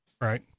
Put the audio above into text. right